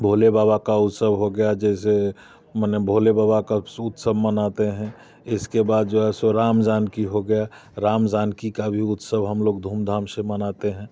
भोले बाबा का उत्सव हो गया जैसे मने भोले बाबा का उत्सब मनाते हैं इसके बाद जो है सो राम जानकी हो गया राम जानकी का भी उत्सव हम लोग धूमधाम से मनाते हैं